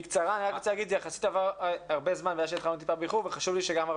אני לא אחזור על כל